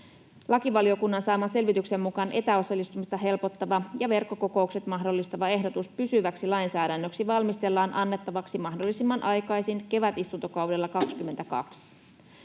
Lakivaliokunnan saaman selvityksen mukaan etäosallistumista helpottava ja verkkokokoukset mahdollistava ehdotus pysyväksi lainsäädännöksi valmistellaan annettavaksi mahdollisimman aikaisin kevätistuntokaudella 2022.